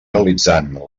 realitzant